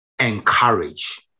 encourage